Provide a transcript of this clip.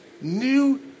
new